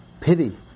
pity